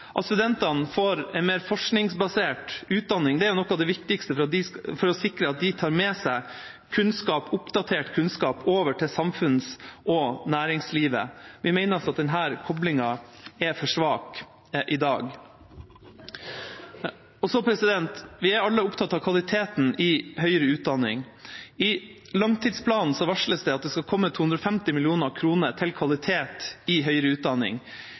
studentene får en mer forskningsbasert utdanning, er noe av det viktigste for å sikre at de tar med seg oppdatert kunnskap over til samfunns- og næringslivet. Vi mener at denne koblingen er for svak i dag. Vi er alle opptatt av kvaliteten i høyere utdanning. I langtidsplanen varsles det at det skal komme 250 mill. kr til kvalitet i høyere utdanning